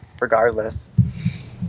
regardless